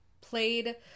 played